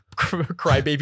Crybaby